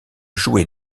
jouer